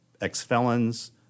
ex-felons